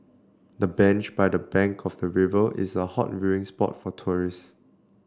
the bench by the bank of the river is a hot viewing spot for tourists